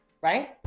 right